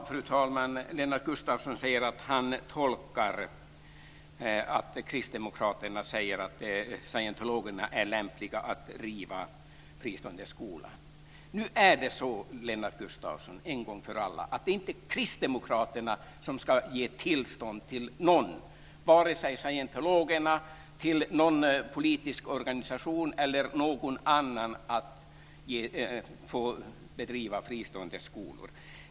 Fru talman! Lennart Gustavsson tolkar det som att kristdemokraterna säger att scientologerna är lämpliga att driva fristående skolor. Nu är det en gång för alla så, Lennart Gustavsson, att det inte är kristdemokraterna som ska ge tillstånd till vare sig scientologerna, någon politisk organisation eller någon annan att bedriva fristående skolor.